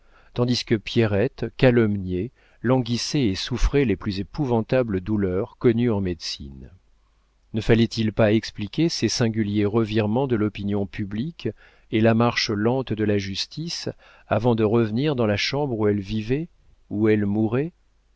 tandis que pierrette calomniée languissait et souffrait les plus épouvantables douleurs connues en médecine ne fallait-il pas expliquer ces singuliers revirements de l'opinion publique et la marche lente de la justice avant de revenir dans la chambre où elle vivait où elle mourait